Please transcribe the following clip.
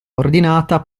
ordinata